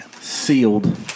Sealed